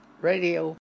radio